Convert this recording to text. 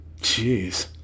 Jeez